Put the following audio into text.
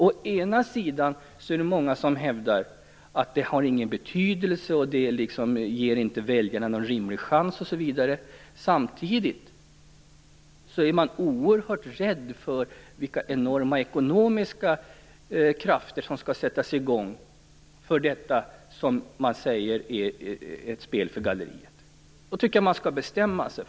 Å ena sidan är det många som hävdar att det inte har någon betydelse och inte ger väljarna någon rimlig chans. Å andra sidan är man oerhört rädd för vilka enorma ekonomiska krafter som skall sättas i gång för detta, som man säger är ett spel för galleriet. Jag tycker att man skall bestämma sig.